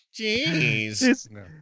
Jeez